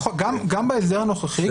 גם בהסדר הנוכחי,